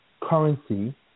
currency